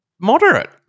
moderate